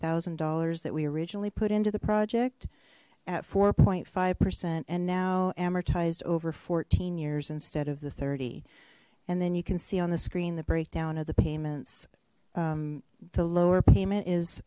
thousand dollars that we originally put into the project at four point five percent and now amortized over fourteen years instead of the thirty and then you can see on the screen the breakdown of the payments the lower payment is